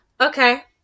Okay